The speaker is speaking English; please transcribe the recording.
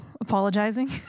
apologizing